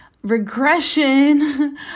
Regression